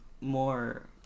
more